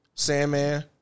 Sandman